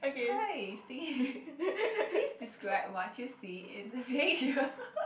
hi Siri please describe what you see in the picture